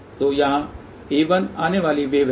तो यहाँ a1 आने वाली वेव है